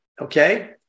okay